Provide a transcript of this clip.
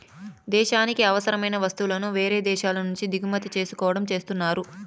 దేశానికి అవసరమైన వస్తువులను వేరే దేశాల నుంచి దిగుమతి చేసుకోవడం చేస్తున్నారు